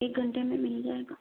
एक घंटे में मिल जाएगा